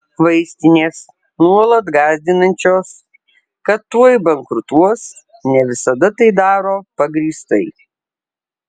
vaistinės nuolat gąsdinančios kad tuoj bankrutuos ne visada tai daro pagrįstai